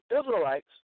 Israelites